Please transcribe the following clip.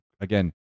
again